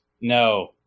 No